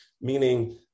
Meaning